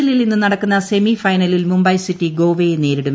എല്ലിൽ ഇന്ന് നടക്കുന്ന സെമി ഫൈനലിൽ മുംബൈ സിറ്റി ഗോവയെ നേരിടും